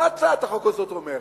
מה הצעת החוק הזאת אומרת?